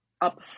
up